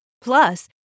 Plus